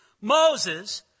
Moses